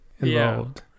involved